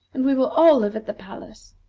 and we will all live at the palace.